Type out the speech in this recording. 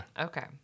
Okay